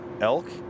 elk